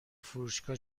فروشگاه